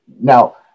Now